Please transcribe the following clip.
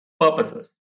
purposes